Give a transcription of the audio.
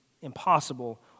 impossible